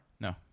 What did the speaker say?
No